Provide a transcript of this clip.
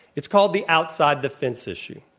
it's called the outside the fence issue.